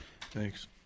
Thanks